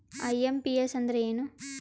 IMPS ಅಂದ್ರ ಏನು?